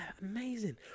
amazing